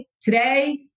today